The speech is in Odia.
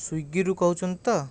ସ୍ଵିଗିରୁ କହୁଛନ୍ତି ତ